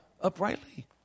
uprightly